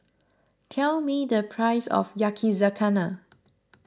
tell me the price of Yakizakana